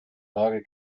lage